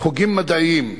חוגים מדעיים,